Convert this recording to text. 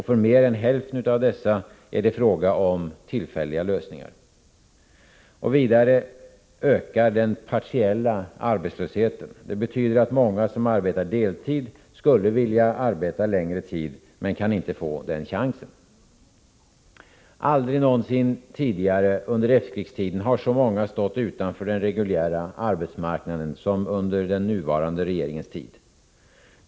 För mer än hälften av dessa är det fråga om tillfälliga lösningar. 4. Den partiella arbetslösheten ökar. Det betyder att många som arbetar deltid skulle vilja arbeta längre tid. Men de kan inte få den chansen. Aldrig någonsin tidigare under efterkrigstiden har så många stått utanför den reguljära arbetsmarknaden som under den nuvarande regeringens tid.